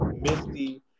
misty